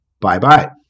Bye-bye